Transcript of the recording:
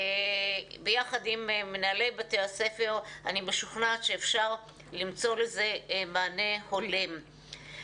ביחד עם מנהלי בתי הספר אני משוכנעת שאפשר למצוא לזה מענה הולם.